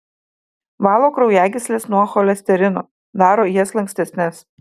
valo kraujagysles nuo cholesterino daro jas lankstesnes